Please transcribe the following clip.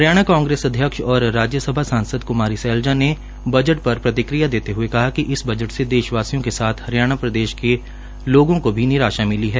हरियाणा कांग्रेस अध्यक्ष और राज्यसभा सांसद कुमारी शैलजा ने बजट पर प्रतिक्रिया देते हये कहा कि इस बजट से देश वासियों के साथ हरियाणा प्रदेश के लोगों की भी निराशा मिली है